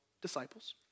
disciples